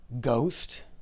ghost